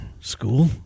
school